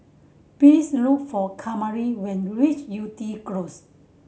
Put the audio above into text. please look for Kamari when you reach Yew Tee Close